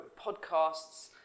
podcasts